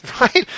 right